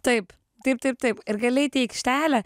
taip taip taip taip ir gali eit į aikštelę